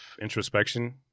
introspection